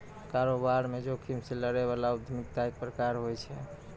कारोबार म जोखिम से लड़ै बला उद्यमिता एक प्रकार होय छै